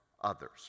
others